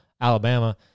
Alabama